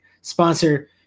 sponsor